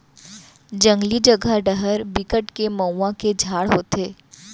जंगली जघा डहर बिकट के मउहा के झाड़ होथे